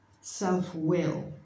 self-will